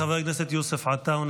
חבר הכנסת יוסף עטאונה,